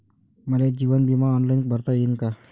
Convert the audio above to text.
मले जीवन बिमा ऑनलाईन भरता येईन का?